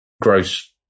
gross